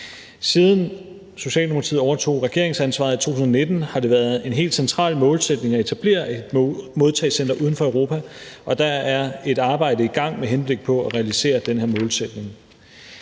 Siden Socialdemokratiet overtog regeringsansvaret i 2019, har det været en helt central målsætning at etablere et modtagecenter uden for Europa, og der er et arbejde i gang med henblik på at realisere den her målsætning.